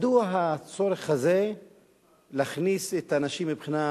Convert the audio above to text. מדוע הצורך הזה להכניס את האנשים מבחינת